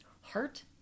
heart